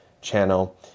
channel